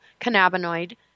cannabinoid